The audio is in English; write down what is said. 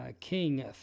King